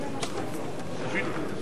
הכנסת שלי יחימוביץ לסעיף 10 לא נתקבלה.